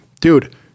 dude